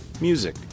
music